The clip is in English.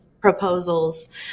proposals